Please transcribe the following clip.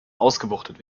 ausgewuchtet